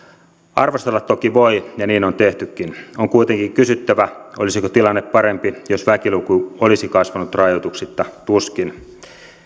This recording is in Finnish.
arvostella toki voi ja niin on tehtykin on kuitenkin kysyttävä olisiko tilanne parempi jos väkiluku olisi kasvanut rajoituksitta tuskin